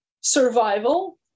survival